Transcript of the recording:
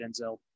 Denzel